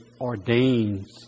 ordains